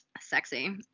Sexy